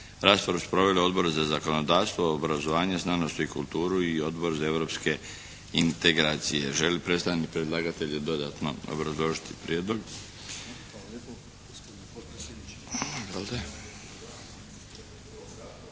Raspravu su proveli: Odbor za zakonodavstvo, obrazovanje, znanost i kulturu i Odbor za europske integracije. Želi li predstavnik predlagatelja dodatno obrazložiti prijedlog?